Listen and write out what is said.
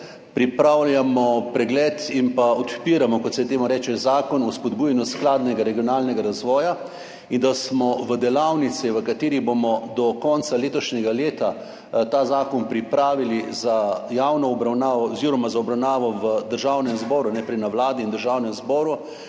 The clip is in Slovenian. pripravljamo pregled in odpiramo, kot se temu reče, Zakon o spodbujanju skladnega regionalnega razvoja in da smo v delavnice, v katerih bomo do konca letošnjega leta ta zakon pripravili za javno obravnavo oziroma za obravnavo v Državnem zboru – najprej na Vladi in v Državnem zboru